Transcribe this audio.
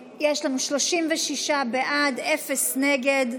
יש לנו 36 בעד, אפס נגד.